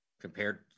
compared